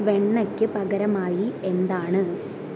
വെണ്ണയ്ക്ക് പകരമായി എന്താണ്